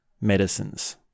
medicines